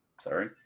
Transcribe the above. sorry